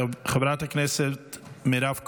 חברת הכנסת מירב כהן,